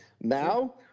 Now